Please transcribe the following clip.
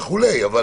אבל